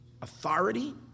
authority